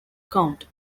count